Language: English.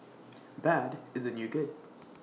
bad is the new good